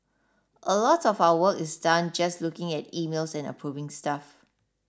a lot of our work is done just looking at emails and approving stuff